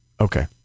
Okay